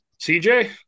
CJ